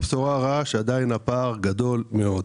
והבשורה הרעה היא שעדיין הפער גדול מאוד.